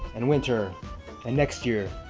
and winter. and next year.